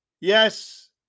yes